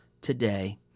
today